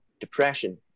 depression